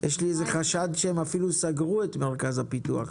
יש לי חשד שהם אפילו סגרו את מרכז הפיתוח.